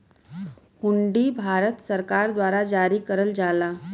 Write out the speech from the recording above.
हुंडी भारत सरकार द्वारा जारी करल जाला